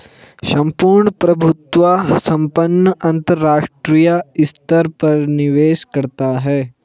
सम्पूर्ण प्रभुत्व संपन्न अंतरराष्ट्रीय स्तर पर निवेश करता है